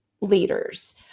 leaders